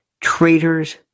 traitors